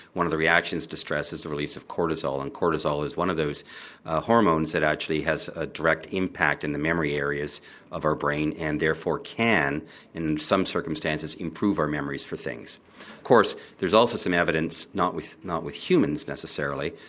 one of the reactions to stress is the release of cortisol and cortisol is one of those hormones that actually has a direct impact in the memory areas of our brain and therefore can in some circumstances improve our memories for things course there's also some evidence, not with not with humans necessarily,